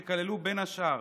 שכללו בין השאר